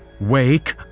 wake